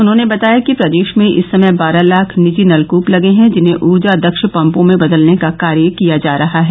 उन्होंने बताया कि प्रदेश में इस समय बारह लाख निजी नलकृप लगे हैं जिन्हें ऊर्जा दक्ष पंपों में बदलने का कार्य किया जा रहा है